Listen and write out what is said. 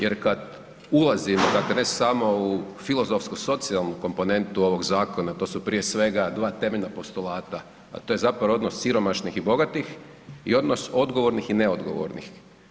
Jer kad ulazimo, dakle ne samo u filozofsko-socijalnu komponentu ovog zakona, to su prije svega dva temeljna postolata, a to je zapravo odnos siromašnih i bogatih i odnos odgovornih i neodgovornih.